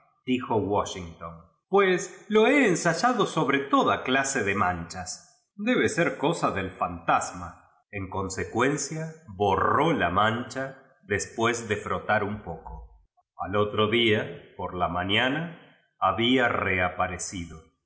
n taidijo washingtonpues lo he en sayado sobre toda clase de manchas debe ser cosa del fantasma en consecuencia borró la mancha después de frotar un poco al otro día por la mañana había rea parecido y